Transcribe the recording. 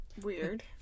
Weird